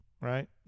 right